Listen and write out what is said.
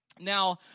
Now